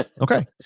Okay